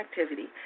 activity